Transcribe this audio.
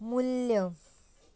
मू्ल्य